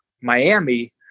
Miami